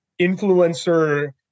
influencer